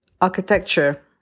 architecture